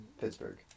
Pittsburgh